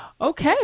Okay